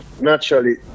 naturally